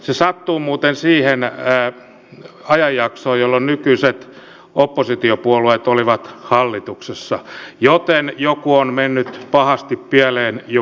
se sattuu muuten siihen ajanjaksoon jolloin nykyiset oppositiopuolueet olivat hallituksessa joten joku on mennyt pahasti pieleen jo vuosia